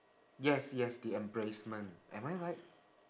yes yes the embracement am I right